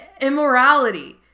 immorality